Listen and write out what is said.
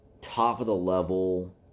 top-of-the-level